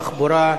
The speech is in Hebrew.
תחבורה,